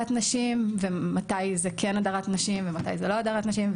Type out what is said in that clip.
נשים ומתי זה כן הדרת נשים ומתי זה לא הדרת נשים.